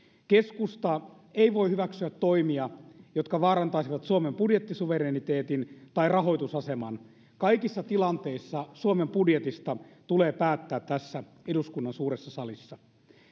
keskusta ei voi hyväksyä toimia jotka vaarantaisivat suomen budjettisuvereniteetin tai rahoitusaseman kaikissa tilanteissa suomen budjetista tulee päättää tässä eduskunnan suuressa salissa